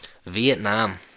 Vietnam